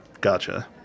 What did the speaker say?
Gotcha